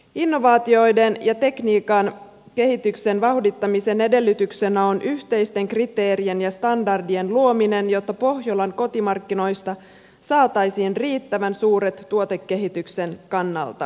innovaatioiden ja tekniikan kehityksen vauhdittamisen edellytyksenä on yhteisten kriteerien ja standardien luominen jotta pohjolan kotimarkkinoista saataisiin riittävän suuret tuotekehityksen kannalta